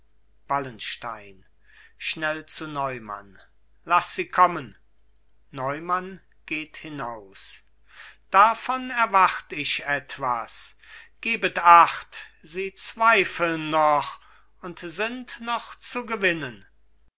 wallenstein schnell zu neumann laß sie kommen neumann geht hinaus davon erwart ich etwas gebet acht sie zweifeln noch und sind noch zu gewinnen